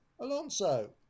Alonso